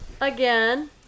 again